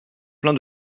plein